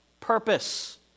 purpose